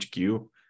hq